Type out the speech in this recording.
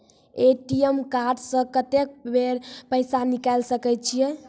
ATM card से कत्तेक बेर पैसा निकाल सके छी?